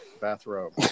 bathrobe